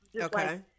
okay